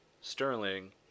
Sterling